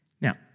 Now